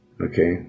okay